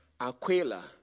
Aquila